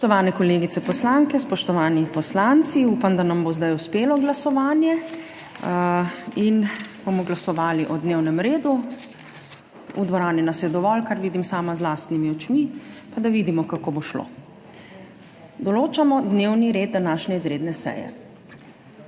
Spoštovane kolegice poslanke, spoštovani poslanci! Upam, da nam bo zdaj uspelo glasovanje in bomo glasovali o dnevnem redu. V dvorani nas je dovolj, kar vidim sama z lastnimi očmi, pa da vidimo, kako bo šlo. Določamo dnevni red današnje izredne seje.